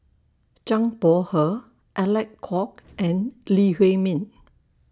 Zhang Bohe Alec Kuok and Lee Huei Min